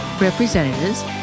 representatives